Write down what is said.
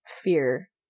fear